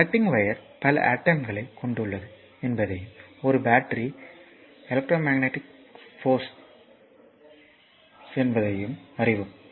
ஒரு conducting wire பல அடோம்களைக் கொண்டுள்ளது என்பதையும் ஒரு பேட்டரி எலக்ட்ரோமேக்னடிக் சக்தியின் சோர்ஸ் ஆகும் என்பதையும் அறிவோம்